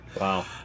wow